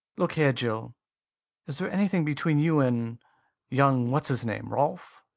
look here, jill is there anything between you and young what's-his-name rolf?